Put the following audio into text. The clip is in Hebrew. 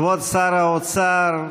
כבוד שר האוצר,